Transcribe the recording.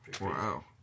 Wow